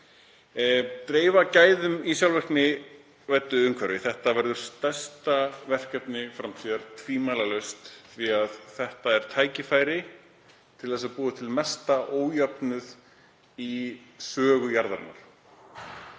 dreifa gæðum í sjálfvirknivæddu umhverfi verður stærsta verkefni framtíðar, tvímælalaust. Þetta er tækifæri til þess að búa til mesta ójöfnuð í sögu jarðarinnar,